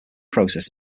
process